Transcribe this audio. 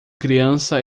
criança